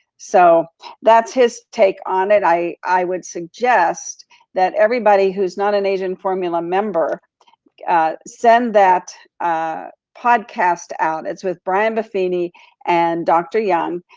so, that's his take on it. i i would suggest that everybody who's not an agent formula member send that ah podcast out. it's with brian buffini and dr. yun,